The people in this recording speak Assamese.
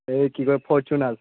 এই কি কয় ফৰ্চুনাৰ